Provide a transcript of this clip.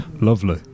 Lovely